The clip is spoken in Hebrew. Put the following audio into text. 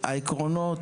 העקרונות,